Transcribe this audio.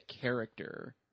character